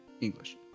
English